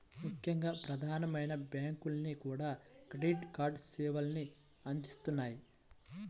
ముఖ్యంగా ప్రధానమైన బ్యాంకులన్నీ కూడా క్రెడిట్ కార్డు సేవల్ని అందిత్తన్నాయి